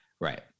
Right